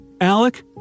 Alec